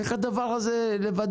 אני אגיד